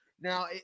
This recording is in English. Now